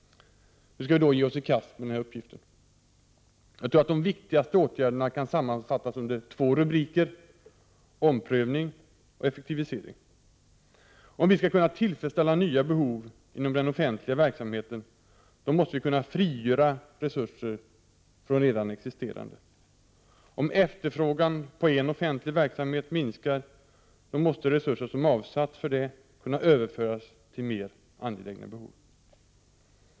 Hur skall vi då ge oss i kast med den uppgiften? De viktigaste åtgärderna kan sammanfattas under två rubriker: Omprövning och Effektivisering. Om vi skall kunna tillfredsställa nya behov inom den offentliga verksamheten måste vi kunna frigöra resurser från redan existerande verksamhet. Om efterfrågan på en offentlig verksamhet minskar måste resurser som avsatts för denna kunna överföras till mer angelägna behov.